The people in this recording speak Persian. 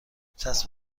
چسب